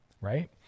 right